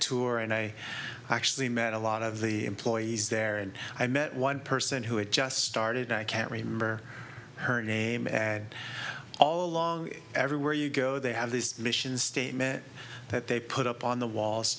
tour and i actually met a lot of the employees there and i met one person who had just started i can't remember her name and all along everywhere you go they have this mission statement that they put up on the walls